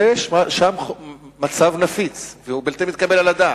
יש שם מצב נפיץ והוא בלתי מתקבל על הדעת.